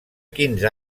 quinze